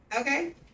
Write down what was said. okay